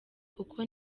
kuko